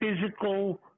physical